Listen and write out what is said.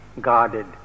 guarded